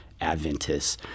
Adventists